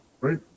right